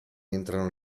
entrano